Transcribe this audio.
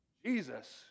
Jesus